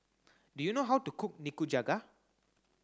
do you know how to cook Nikujaga